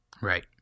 Right